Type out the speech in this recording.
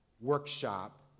workshop